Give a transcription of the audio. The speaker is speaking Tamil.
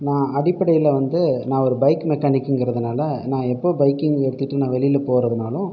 நான் அடிப்படையில் வந்து நான் ஒரு பைக் மெக்கானிக்கிங்கறதுனால நான் எப்போ பைக்கிங் எடுத்துட்டு நான் வெளியில் போவதுனாலும்